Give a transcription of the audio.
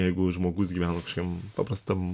jeigu žmogus gyveno kašokiam paprastam